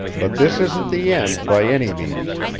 but this isn't the end, by any means.